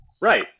Right